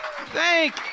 thank